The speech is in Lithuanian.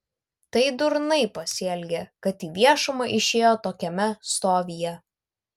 tai durnai pasielgė kad į viešumą išėjo tokiame stovyje